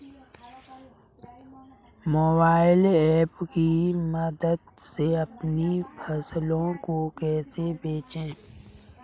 Mobile app की मदद से अपनी फसलों को कैसे बेचें?